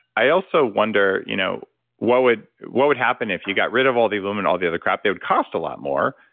i also wonder, you know what would what would happen if you got rid of all the aluminum, all the other crap? they would cost a lot more,